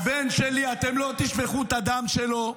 הבן שלי, אתם לא תשפכו את הדם שלו.